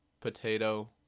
potato